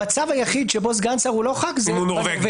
המצב היחיד שבו סגן שר הוא לא חבר כנסת זה אם הוא נורבגי.